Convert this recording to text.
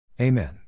Amen